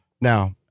now